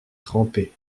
trempé